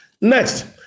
Next